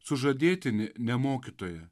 sužadėtinį ne mokytoją